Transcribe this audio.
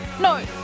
No